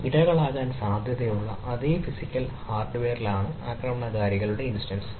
ഇരകളാകാൻ സാധ്യതയുള്ള അതേ ഫിസിക്കൽ ഹാർഡ്വെയറിലാണ് ആക്രമണകാരികളുടെ ഇൻസ്റ്റൻസ്